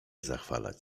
zachwalać